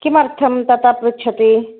किमर्थं तथा पृच्छति